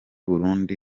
burundi